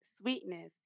sweetness